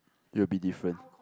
it will be different